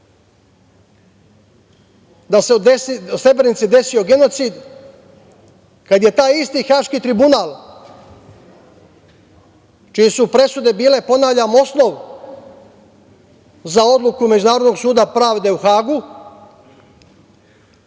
da se u Srebrenici desio genocid, kad je taj isti Haški tribunal, čije su presude bile, ponavljam, osnov za odluku Međunarodnog suda pravde u Hagu,